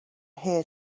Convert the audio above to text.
here